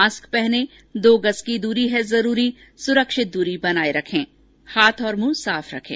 mask पहनें दो गज़ की दूरी है जरूरी सुरक्षित दूरी बनाए रखें हाथ और मुंह साफ रखें